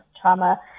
trauma